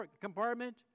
compartment